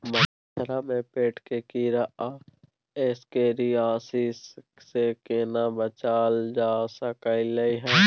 बछरा में पेट के कीरा आ एस्केरियासिस से केना बच ल जा सकलय है?